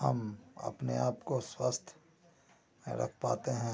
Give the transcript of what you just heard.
हम अपने आप को स्वस्थ नहीं रख पाते हैं